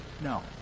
No